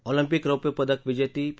Olympic रौप्य पदक विजेती पी